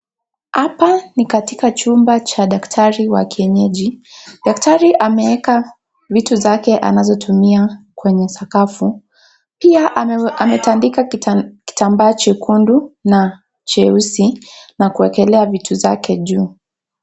Hapa ni katika chumba cha daktari wa kienyeji, daktari ameweka vitu zake anazotumia kwenye sakafu pia ametandika kitambaa chekundu na cheusi na kuwekelea vitu zake juu.